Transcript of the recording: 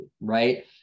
right